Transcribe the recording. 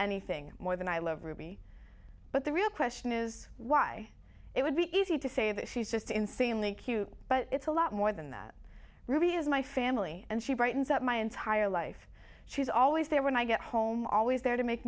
anything more than i love ruby but the real question is why it would be easy to say that she's just insanely cute but it's a lot more than that really is my family and she brightens up my entire life she's always there when i get home always there to make